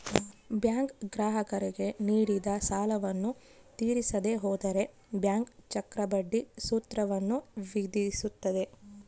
bank ಗ್ರಾಹಕರಿಗೆ ನೀಡಿದ ಸಾಲವನ್ನು ತೀರಿಸದೆ ಹೋದರೆ ಬ್ಯಾಂಕ್ ಚಕ್ರಬಡ್ಡಿ ಸೂತ್ರವನ್ನು ವಿಧಿಸುತ್ತದೆ